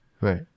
Right